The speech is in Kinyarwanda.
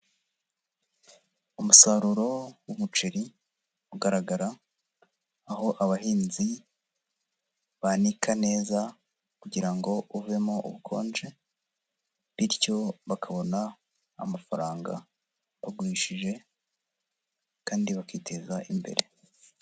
Umusaruro w'umuceri ugaragara, aho abahinzi banika neza kugira ngo uvemo ubukonje, bityo bakabona amafaranga bagurishije kandi bakiteza imbere.